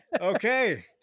Okay